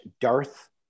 Darth